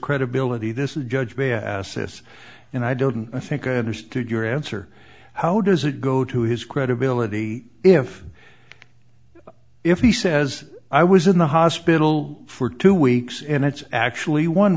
credibility this judge may i ask this and i don't think i understood your answer how does it go to his credibility if if he says i was in the hospital for two weeks and it's actually one